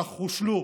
כך חושלו